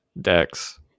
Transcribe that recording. decks